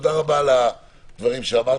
תודה רבה על הדברים שאמרתם,